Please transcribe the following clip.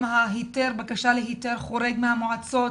גם בקשה להיתר חורג מהמועצות,